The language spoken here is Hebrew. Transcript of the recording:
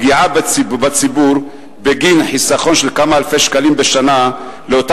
זו פגיעה בציבור בגין חיסכון של כמה אלפי שקלים בשנה לאותן